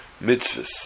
mitzvahs